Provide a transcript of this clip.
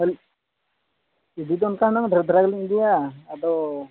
ᱟᱹᱞᱤᱧ ᱤᱫᱤ ᱫᱚ ᱚᱱᱠᱟ ᱦᱩᱱᱟᱹᱝ ᱰᱷᱮᱹᱨ ᱫᱷᱟᱨᱟ ᱜᱮᱞᱤᱧ ᱤᱫᱤᱭᱟ ᱟᱫᱚ